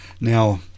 Now